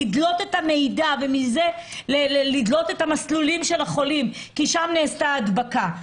לדלות את המידע ומזה לדלות את המסלולים של החולים כי שם נעשתה ההדבקה.